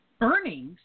earnings